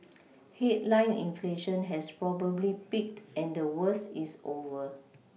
headline inflation has probably peaked and the worst is over